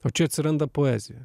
o čia atsiranda poezija